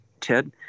Ted